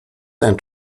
ten